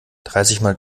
dreißigmal